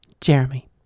Jeremy